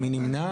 מי נמנע.